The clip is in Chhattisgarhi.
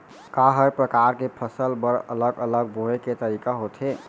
का हर प्रकार के फसल बर अलग अलग बोये के तरीका होथे?